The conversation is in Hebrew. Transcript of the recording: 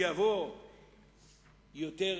שיבוא יותר